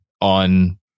on